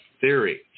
theory